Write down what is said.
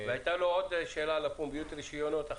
הייתה עוד שאלה על פומביות הרישיונות.